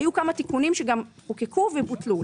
היו כמה תיקונים שגם חוקקו ובוטלו.